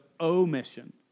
omission